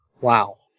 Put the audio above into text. wow